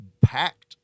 packed